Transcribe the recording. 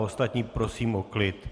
Ostatní prosím o klid.